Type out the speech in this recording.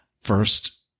first